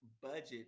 budget